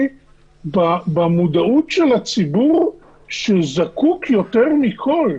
במודעות של הציבור שזקוק יותר מכל,